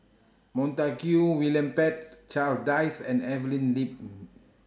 Montague William Pett Charles Dyce and Evelyn Lip